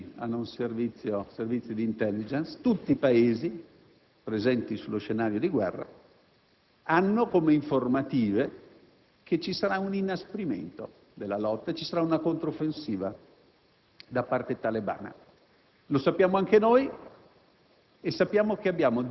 tutti i Paesi hanno servizi di *intelligence*, tutti i Paesi presenti sullo scenario di guerra hanno informative che ci sarà un inasprimento della lotta e ci sarà una controffensiva da parte talebana. Lo sappiamo anche noi;